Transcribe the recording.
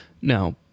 Now